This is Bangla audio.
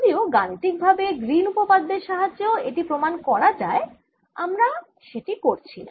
যদিও গাণিতিক ভাবে গ্রীন উপপাদ্যের সাহাজ্যেও এটি প্রমাণ করা যায় আমরা সেটি করছি না